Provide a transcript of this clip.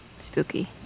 spooky